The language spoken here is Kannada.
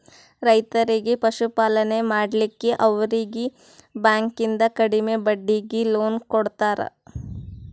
ರೈತರಿಗಿ ಪಶುಪಾಲನೆ ಮಾಡ್ಲಿಕ್ಕಿ ಅವರೀಗಿ ಬ್ಯಾಂಕಿಂದ ಕಡಿಮೆ ಬಡ್ಡೀಗಿ ಲೋನ್ ಕೊಡ್ತಾರ